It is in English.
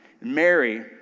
Mary